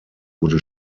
wurde